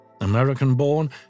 American-born